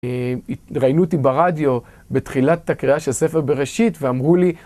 ראינו אותי ברדיו בתחילת הקריאה של ספר בראשית ואמרו לי...